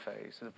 phase